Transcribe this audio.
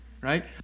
right